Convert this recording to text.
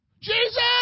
Jesus